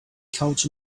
couch